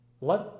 let